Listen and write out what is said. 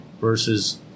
versus